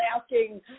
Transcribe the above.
asking